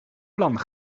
plan